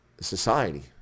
society